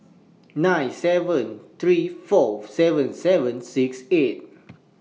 nine seven three four seven seven six eight